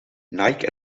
nike